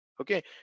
okay